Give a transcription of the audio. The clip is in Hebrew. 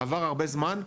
עבר הרבה זמן,